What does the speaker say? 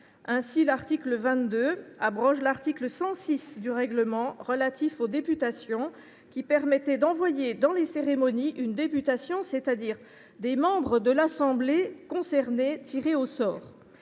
Ainsi, l’article 22 abroge l’article 106 du règlement relatif aux députations, qui permettait d’envoyer dans les cérémonies une députation, c’est à dire des membres de l’assemblée concernée tirés au sort.